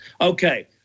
Okay